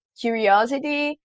curiosity